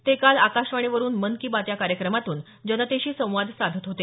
ते काल आकाशवाणीवरुन मन की बात या कार्यक्रमातून जनतेशी संवाद साधत होते